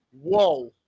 Whoa